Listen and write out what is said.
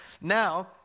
Now